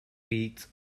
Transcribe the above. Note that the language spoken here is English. peaks